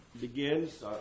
Begins